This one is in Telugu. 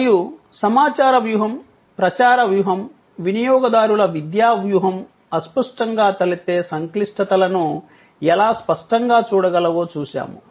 మరియు సమాచార వ్యూహం ప్రచార వ్యూహం వినియోగదారుల విద్యా వ్యూహం అస్పష్టంగా తలెత్తే సంక్లిష్టతలను ఎలా స్పష్టంగా చూడగలవో చూశాము